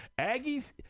Aggies